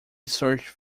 search